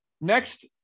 Next